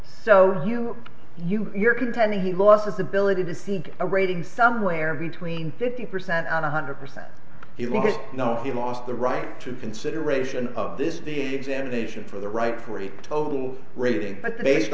so you you you're contending he lost his ability to seek a rating somewhere between fifty percent on a hundred percent he lost no he lost the right to consideration of this examination for the right for a total rating but the based